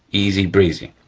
easy breezy,